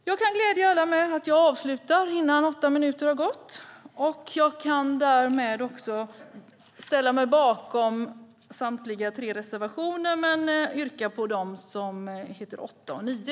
Jag kan glädja alla med att jag avslutar innan åtta minuter har gått, och jag ställer mig bakom samtliga tre reservationer. Jag yrkar dock bifall bara till reservationerna 8 och 9.